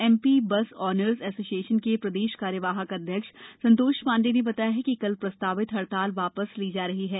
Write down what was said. MP bus owners association के प्रदेश कार्यवाहक अध्यक्ष सन्तोष ांडे ने बताया कि कल प्रस्तावित हड़ताल वा स ली जा रही है